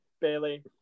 Bailey